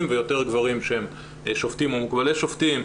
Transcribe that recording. ויותר גברים שהם שופטים או מוקבלי שופטים.